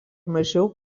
mažiau